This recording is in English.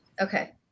Okay